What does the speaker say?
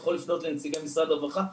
אתה יכול לפנות לנציגי משרד הרווחה.